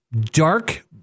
dark